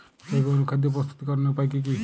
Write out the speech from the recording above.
জৈব অনুখাদ্য প্রস্তুতিকরনের উপায় কী কী?